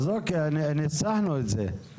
ניסחנו את זה.